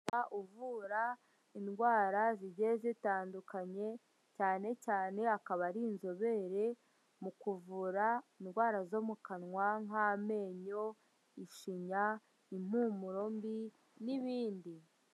Muganga uvura indwara zigiye zitandukanye cyane cyane akaba ari inzobere mu kuvura indwara zo mu kanwa nk'amenyo, ishinya, impumuro mbi n'ibindi.